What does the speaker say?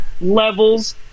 Levels